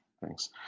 Thanks